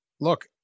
Look